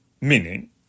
Meaning